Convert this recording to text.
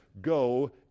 Go